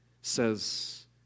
says